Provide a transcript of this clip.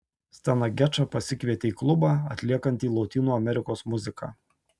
steną gečą pasikvietė į klubą atliekantį lotynų amerikos muziką